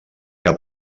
que